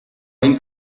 این